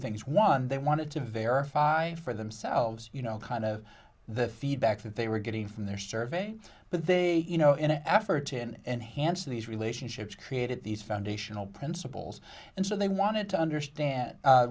things one they wanted to verify for themselves you know kind of the feedback that they were getting from their survey but they you know in an effort in enhanced these relationships created these foundational principles and so they wanted to understand